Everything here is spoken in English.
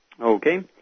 Okay